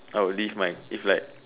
I will leave my if like